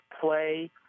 play